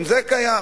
גם זה קיים.